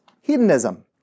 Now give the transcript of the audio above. hedonism